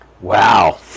Wow